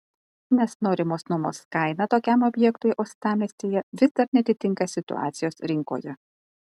nes norimos nuomos kaina tokiam objektui uostamiestyje vis dar neatitinka situacijos rinkoje